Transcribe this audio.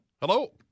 Hello